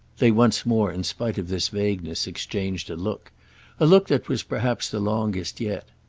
they once more, in spite of this vagueness, exchanged a look a look that was perhaps the longest yet.